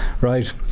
Right